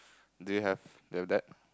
do you have